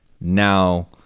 Now